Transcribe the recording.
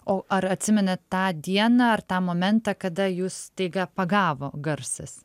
o ar atsimeni tą dieną ar tą momentą kada jus staiga pagavo garsas